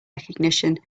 recognition